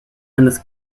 eines